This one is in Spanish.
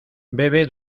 bebe